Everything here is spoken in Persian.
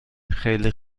خیلی